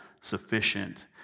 sufficient